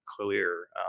clear